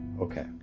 Okay